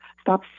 Stop